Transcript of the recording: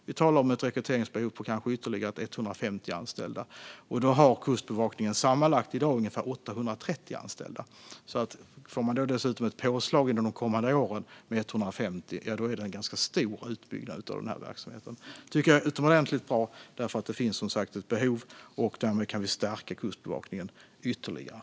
Vi talar om ett rekryteringsbehov på kanske ytterligare 150 anställda. I dag har Kustbevakningen sammanlagt ungefär 830 anställda, så om man under de kommande åren får ett påslag med 150 anställda är det en ganska stor utbyggnad av verksamheten. Detta tycker jag är utomordentligt bra, för det finns som sagt ett behov. Därmed kan vi stärka Kustbevakningen ytterligare.